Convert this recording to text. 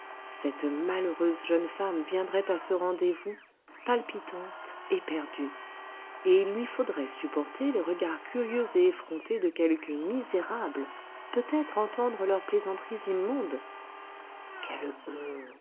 cette malheureuse jeune femme viendrait à ce rendez-vous palpitante éperdue et il lui faudrait supporter les regards curieux et effrontés de quelques misérables peut-être entendre leurs plaisanteries immondes quelle